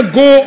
go